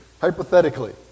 Hypothetically